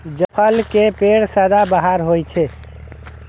जायफल के पेड़ सदाबहार होइ छै